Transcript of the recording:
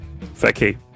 Vicky